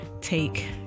take